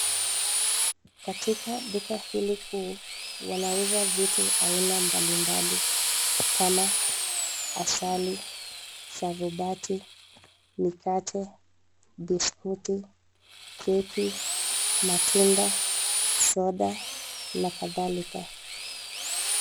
Katika duka hili kuu, wanauza vitu aina mbalimbali, kama asali, sharubati, mikate, biskuti, keki, matunda, soda, na kadhalika.